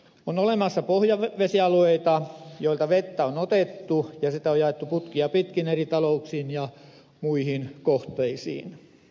on olemassa pohjavesialueita joilta vettä on otettu ja sitä on jaettu putkia pitkin eri talouksiin ja muihin kohteisiin